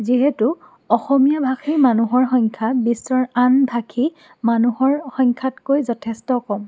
যিহেতু অসমীয়াভাষী মানুহৰ সংখ্যা বিশ্বৰ আনভাষী মানুহৰ সংখ্যাতকৈ যথেষ্ট কম